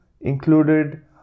included